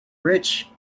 rich